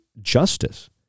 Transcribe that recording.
justice